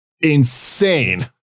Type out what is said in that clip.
insane